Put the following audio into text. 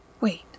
Wait